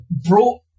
brought